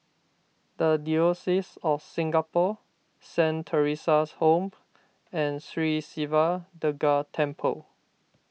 the Diocese of Singapore Saint theresa's Home and Sri Siva Durga Temple